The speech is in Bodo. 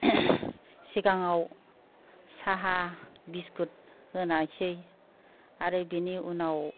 सिगाङाव साहा बिस्कुट होदोंमोन आरो बेनि उनाव